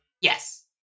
yes